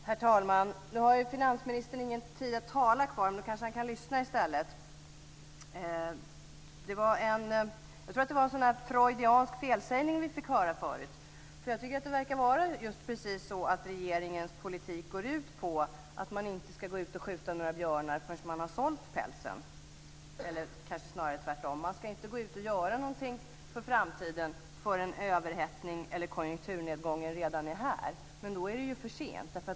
Herr talman! Finansministern har nu inte någon talartid klar, men han kan kanske lyssna i stället. Jag tror att det var en freudiansk felsägning som vi tidigare fick höra. Jag tycker att det verkar vara precis så att regeringens politik går ut på att man inte ska gå ut och skjuta några björnar förrän man har sålt pälsen, eller kanske snarare tvärtom: Man ska inte gå ut och göra någonting för framtiden förrän överhettningen eller konjunkturnedgången redan är här. Men då är det för sent.